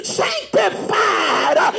sanctified